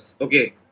okay